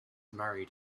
married